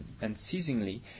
unceasingly